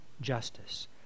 justice